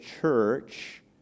church